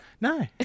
No